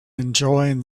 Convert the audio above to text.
enjoying